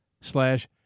slash